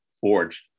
forged